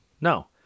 No